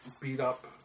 beat-up